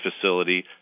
facility